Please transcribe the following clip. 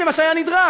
ממה שהיה נדרש,